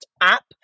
app